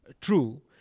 true